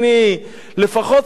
לפחות שכר מינימום.